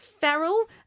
feral